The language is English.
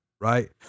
right